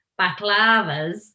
baklavas